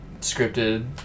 scripted